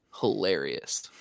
hilarious